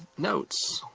notes.